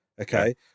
Okay